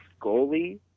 goalie